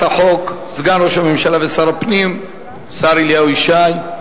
החוק סגן ראש הממשלה ושר הפנים השר אליהו ישי.